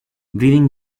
breathing